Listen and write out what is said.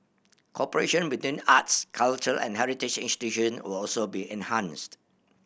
cooperation between arts culture and heritage institution will also be enhanced